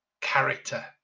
character